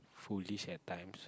foolish at times